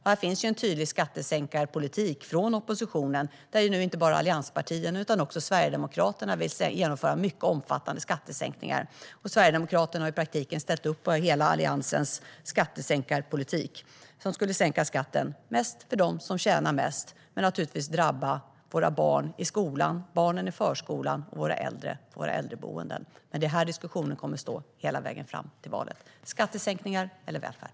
Här finns en tydlig skattesänkarpolitik från oppositionen där nu inte bara allianspartierna utan också Sverigedemokraterna vill genomföra mycket omfattande skattesänkningar. Sverigedemokraterna har i praktiken ställt upp på hela Alliansens skattesänkarpolitik. Den skulle sänka skatten mest för dem som tjänar mest men drabba våra barn i skolan, barnen i förskolan och våra äldre på våra äldreboenden. Det är här diskussionen kommer att stå hela vägen fram till valet: skattesänkningar eller välfärd.